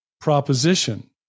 proposition